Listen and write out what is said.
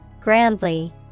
Grandly